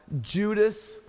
Judas